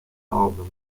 album